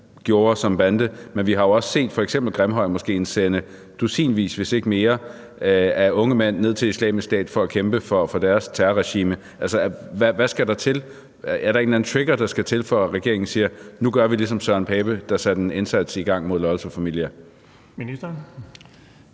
gjorde som bande, men vi har jo f.eks. også set Grimhøjmoskéen sende dusinvis, hvis ikke flere, unge mænd ned til Islamisk Stat for at kæmpe for deres terrorregime. Altså, hvad skal der til? Er der en eller anden trigger, der skal til, for at regeringen siger: Nu gør vi det, som Søren Pape Poulsen gjorde, der satte en indsats i gang mod Loyal To Familia? Kl.